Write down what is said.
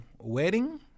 wedding